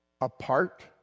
apart